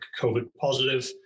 COVID-positive